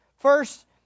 First